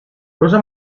cosa